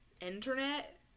internet